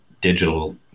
digital